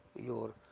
your